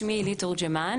שמי אילית טורג׳מן,